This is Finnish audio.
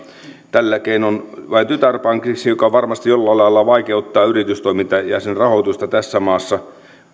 tällä keinoin vain tytärpankiksi se varmasti jollain lailla vaikeuttaa yritystoimintaa ja sen rahoitusta tässä maassa